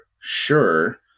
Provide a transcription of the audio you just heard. sure